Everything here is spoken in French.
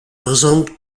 présente